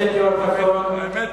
האמת,